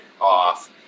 off